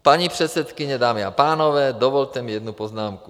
Paní předsedkyně, dámy a pánové, dovolte mi jednu poznámku.